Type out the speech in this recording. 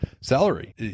salary